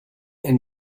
and